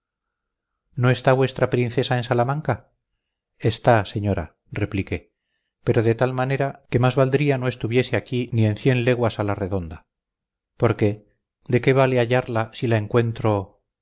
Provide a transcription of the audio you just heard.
no está vuestra princesa en salamanca está señora repliqué pero de tal manera que más valdría no estuviese aquí ni en cien leguas a la redonda porque de qué vale hallarla si la encuentro